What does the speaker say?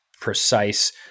precise